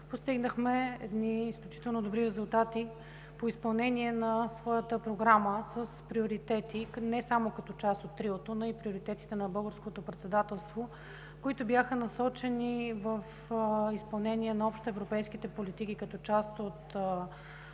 постигнахме едни изключително добри резултати по изпълнение на своята програма с приоритети, не само като част от Триото, но и приоритетите на Българското председателство, които бяха насочени в изпълнение на общоевропейските политики, като част от